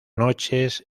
noches